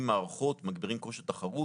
מערכות ומגבירים את כושר התחרות.